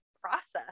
process